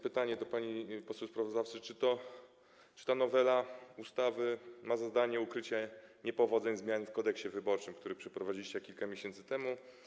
Pytanie do pani poseł sprawozdawcy jest takie, czy ta nowela ustawy ma za zadanie ukrycie niepowodzeń zmian w Kodeksie wyborczym, które przeprowadziliście kilka miesięcy temu.